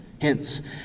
Hence